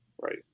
Right